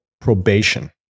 probation